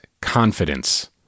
confidence